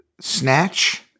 Snatch